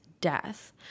death